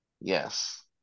Yes